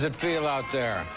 and feel out there?